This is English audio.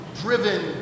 driven